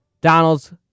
Donald's